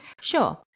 Sure